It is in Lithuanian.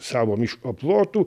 savo miško plotų